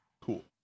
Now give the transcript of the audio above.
Cool